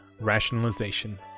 Rationalization